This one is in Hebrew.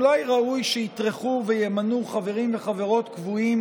אולי ראוי שיטרחו וימנו חברים וחברות קבועים